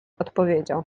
odpowiedział